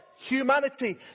Humanity